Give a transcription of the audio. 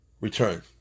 return